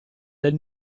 del